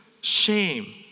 shame